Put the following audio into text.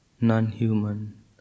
non-human